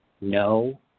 No